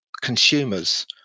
consumers